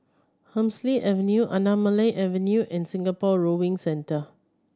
Hemsley Avenue Anamalai Avenue and Singapore Rowing Centre